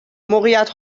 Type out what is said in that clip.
موقعیت